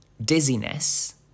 dizziness